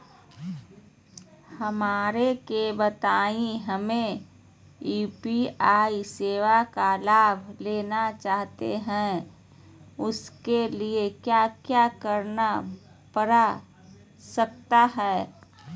हमरा के बताइए हमें यू.पी.आई सेवा का लाभ लेना चाहते हैं उसके लिए क्या क्या करना पड़ सकता है?